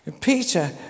Peter